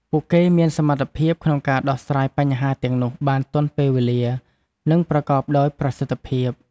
ពួកគេមានសមត្ថភាពក្នុងការដោះស្រាយបញ្ហាទាំងនោះបានទាន់ពេលវេលា និងប្រកបដោយប្រសិទ្ធភាព។